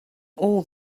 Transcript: all